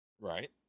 Right